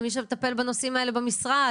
למי שמטפל בנושאים האלה במשרד,